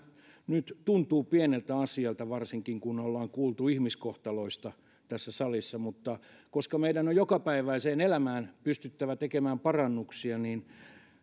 nyt tuntuu pieneltä asialta varsinkin kun ollaan kuultu ihmiskohtaloista tässä salissa meidän on jokapäiväiseen elämään pystyttävä tekemään parannuksia